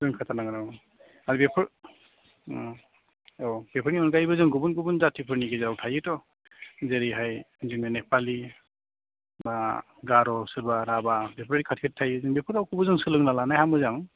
रोंखाथारनांगौ आर बेफोर औ बेफोरनि अनगायैबो जों गुबुन गुबुन जाथिफोरनि गेजेराव थायोथ' जेरैहाय जोंहा नेपालि बा गार' सोरबा राभा बेफोर खाथि खाथि थायो बेफोर रावखौबो जों सोलोंना लानाया मोजां